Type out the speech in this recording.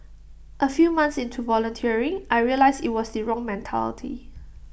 A few months into volunteering I realised IT was the wrong mentality